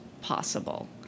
possible